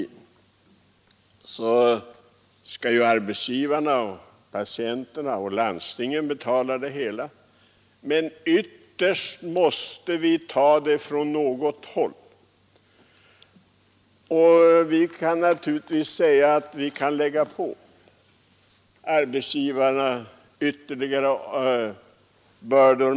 Nu kan det invändas att arbetsgivarna, patienterna och landstingen skall betala hela reformen, men ytterst måste de pengarna tas från något håll. Naturligtvis kan man lägga på arbetsgivarna ytterligare bördor.